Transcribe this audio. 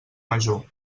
major